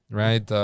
right